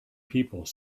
people